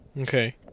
Okay